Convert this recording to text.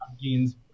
genes